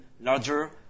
larger